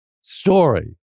story